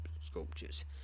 sculptures